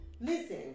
Listen